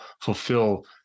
fulfill